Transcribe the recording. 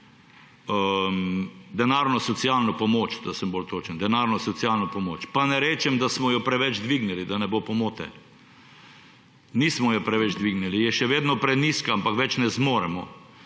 denarno socialno pomoč, da sem bolj točen. Denarno socialno pomoč. Pa ne rečem, da smo jo preveč dvignili, da ne bo pomote. Nismo je preveč dvignili, je še vedno prenizka, ampak več ne zmoremo.